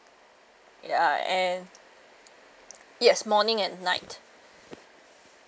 ya and yes morning and night